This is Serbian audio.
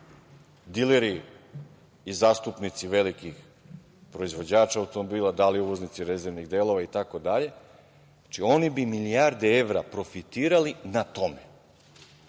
dileri i zastupnici velikih proizvođača automobila, da li uvoznici rezervnih delova itd, znači oni bi milijarde evra profitirali na tome,